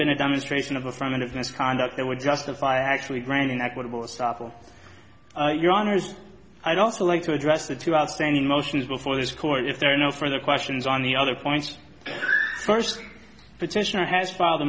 been a demonstration of a from and of misconduct that would justify actually granting equitable stoffel your honors i'd also like to address the two outstanding motions before this court if there are no further questions on the other points first petitioner has filed a